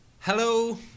Hello